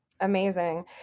Amazing